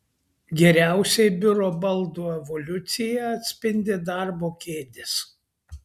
geriausiai biuro baldų evoliuciją atspindi darbo kėdės